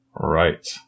Right